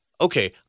okay